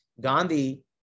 Gandhi